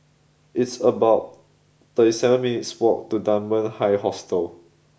it's about thirty seven minutes' walk to Dunman High Hostel